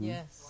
Yes